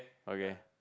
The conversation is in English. okay